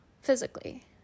physically